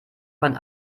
von